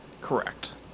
Correct